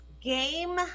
game